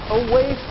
away